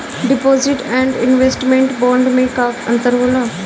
Deposit and investment bond मे का अंतर होला?